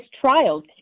trials